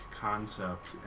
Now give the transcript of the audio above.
concept